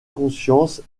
conscience